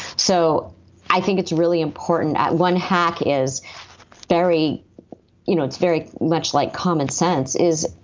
so i think it's really important at one hack is very you know, it's very much like common sense is.